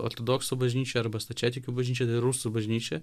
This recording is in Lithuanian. ortodoksų bažnyčia arba stačiatikių bažnyčia tai yra rusų bažnyčia